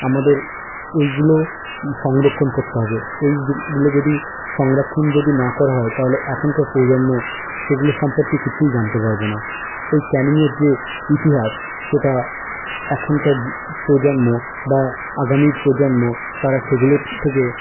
আমাদের এইগুলো সংরক্ষণ করতে হবে এই গুলো যদি সংরক্ষণ যদি না করা হয় তাহলে এখনকার প্রজন্ম সেগুলো সম্পর্কে কিছুই জানতে পারবে না এই ক্যানিংয়ের যে ইতিহাস সেটা এখনকার যে প্রজন্ম বা আগামী প্রজন্ম তারা সেগুলোর থেকে